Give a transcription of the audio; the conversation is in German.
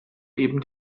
eben